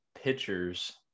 pitchers